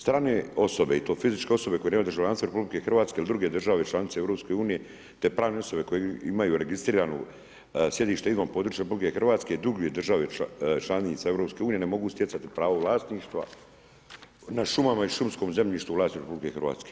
Strane osobe i to fizičke osobe koje nemaju državljanstvo RH ili druge države članice EU te pravne osobe koje imaju registrirano sjedište izvan područja RH ili drugih država članica EU ne mogu stjecati pravo vlasništva nad šumama i šumskog zemljištu u vlasništvu RH.